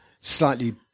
slightly